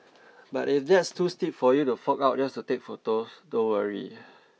but if that's too steep for you to fork out just to take photos don't worry